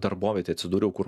darbovietėj atsidūriau kur